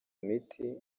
miti